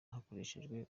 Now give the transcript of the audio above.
hakoreshejwe